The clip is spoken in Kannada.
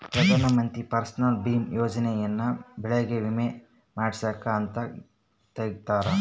ಪ್ರಧಾನ ಮಂತ್ರಿ ಫಸಲ್ ಬಿಮಾ ಯೋಜನೆ ಯನ್ನ ಬೆಳೆಗೆ ವಿಮೆ ಮಾಡ್ಸಾಕ್ ಅಂತ ತೆಗ್ದಾರ